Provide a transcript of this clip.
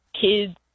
kids